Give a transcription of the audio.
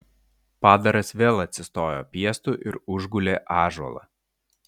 padaras vėl atsistojo piestu ir užgulė ąžuolą